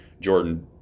Jordan